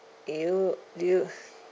you do you